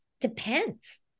depends